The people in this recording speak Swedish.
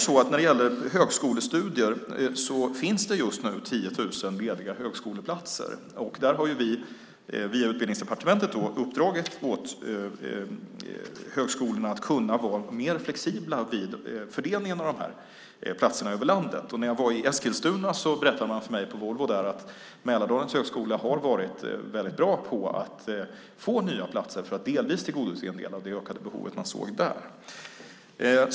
När det gäller högskolestudier finns det just nu 10 000 lediga högskoleplatser. Där har vi via Utbildningsdepartementet uppdragit åt högskolorna att kunna vara mer flexibla vid fördelningen av de här platserna över landet. När jag var i Eskilstuna på Volvo berättade man för mig att Mälardalens högskola har varit väldigt bra på att få nya platser för att delvis tillgodose en del av det ökade behov man såg där.